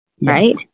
right